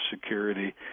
security